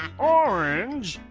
orange,